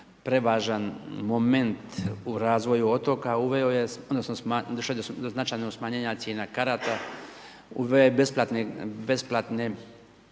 prevažan moment u razvoju otoka, uveo je, odnosno smanjio je, došlo je do značajnog smanjenja cijena karata, uveo je besplatne